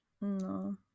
No